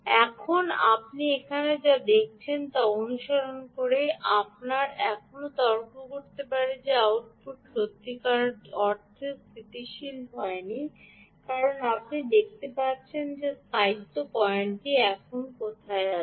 এখন আপনি এখানে যা দেখেছেন তা অনুসরণ করে আমরা এখনও তর্ক করতে পারি যে আউটপুটটি সত্যিকার অর্থে স্থিতিশীল হয়নি কারণ আপনি দেখতে পাচ্ছেন যে স্থায়িত্ব পয়েন্টটি এখানে কোথাও এসেছে